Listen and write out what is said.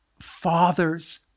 father's